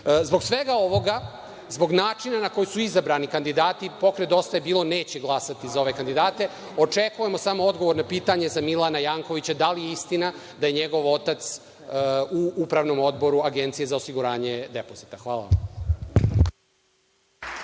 svega ovoga, zbog načina na koji su izabrani kandidati, pokret Dosta je bilo neće glasati za ove kandidate. Očekujemo samo odgovor na pitanje za Milana Jankovića – da li je istina da je njegov otac u Upravnom odboru Agencije za osiguranje depozita? Hvala.